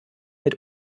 mit